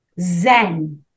Zen